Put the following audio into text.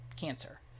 cancer